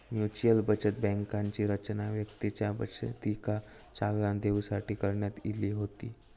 mutual बचत बँकांची रचना व्यक्तींच्या बचतीका चालना देऊसाठी करण्यात इली होती